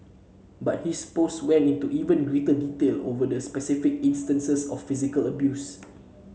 but his post went into even greater detail over the specific instances of physical abuse